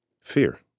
fear